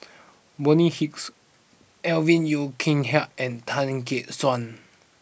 Bonny Hicks Alvin Yeo Khirn Hai and Tan Gek Suan